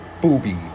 booby